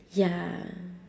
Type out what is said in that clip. ya